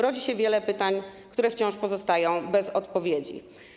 Rodzi się wiele pytań, które wciąż pozostają bez odpowiedzi.